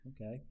Okay